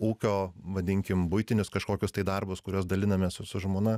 ūkio vadinkim buitinius kažkokius tai darbus kuriuos dalinamės su su žmona